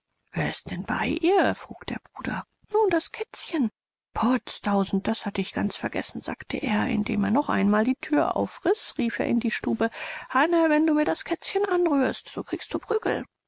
wer ist denn bei ihr frug der bruder nun das kätzchen potztausend das hatte ich ganz vergessen sagte er indem er noch ein mal die thür aufriß rief er in die stube hanne wenn du mir das kätzchen anrührst so kriegst du prügel